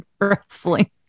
wrestling